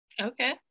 okay